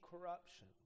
corruption